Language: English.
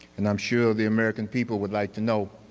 and i'm sure the american people would like to know,